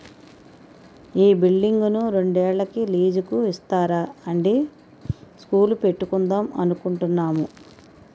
ఈ బిల్డింగును రెండేళ్ళకి లీజుకు ఇస్తారా అండీ స్కూలు పెట్టుకుందాం అనుకుంటున్నాము